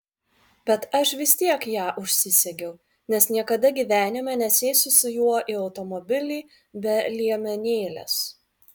bet aš vis tiek ją užsisegiau nes niekada gyvenime nesėsiu su juo į automobilį be liemenėlės